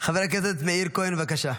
חבר הכנסת מאיר כהן, בבקשה.